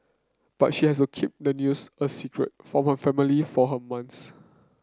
but she has to keep the news a secret from her family for her months